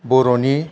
बर'नि